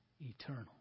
eternal